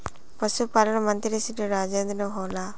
पशुपालन मंत्री श्री राजेन्द्र होला?